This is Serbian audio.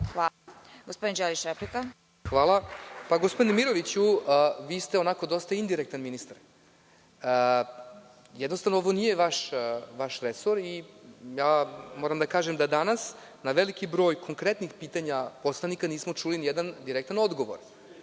Hvala. Gospodin Đelić, replika. **Božidar Đelić** Hvala. Gospodine Miroviću, vi ste onako dosta indirektan ministar. Jednostavno, ovo nije vaš resor i moram da kažem da danas na veliki broj konkretnih pitanja poslanika nismo čuli nijedan direktan odgovor.